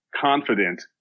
confident